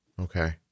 Okay